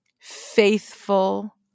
faithful